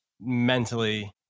mentally